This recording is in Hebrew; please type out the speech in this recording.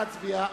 נא להצביע.